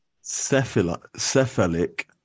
cephalic